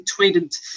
tweeted